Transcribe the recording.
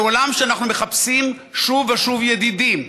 בעולם שאנחנו מחפשים בו שוב ושוב ידידים,